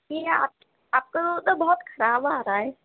کہ آپ آپ کا دودھ تو بہت خراب آ رہا ہے